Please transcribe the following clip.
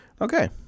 Okay